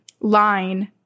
line